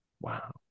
Wow